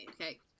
okay